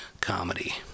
comedy